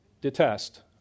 detest